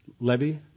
Levy